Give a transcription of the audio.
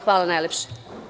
Hvala najlepše.